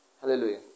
Hallelujah